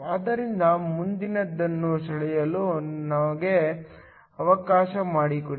ಆದ್ದರಿಂದ ಮುಂದಿನದನ್ನು ಸೆಳೆಯಲು ನನಗೆ ಅವಕಾಶ ಮಾಡಿಕೊಡಿ